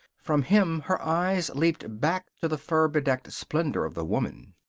from him her eyes leaped back to the fur-bedecked splendor of the woman.